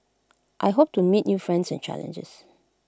I hope to meet new friends and challenges